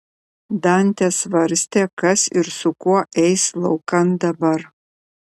dantė svarstė kas ir su kuo eis laukan dabar